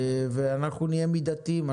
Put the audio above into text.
ואנחנו נהיה מידתיים.